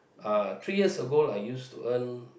uh three years ago I used to earn